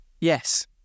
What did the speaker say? yes